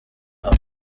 aho